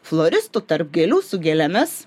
floristu tarp gėlių su gėlėmis